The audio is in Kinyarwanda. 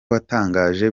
watangaje